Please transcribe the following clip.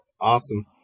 Awesome